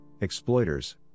exploiters